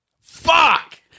Fuck